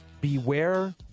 beware